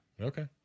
Okay